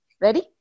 ready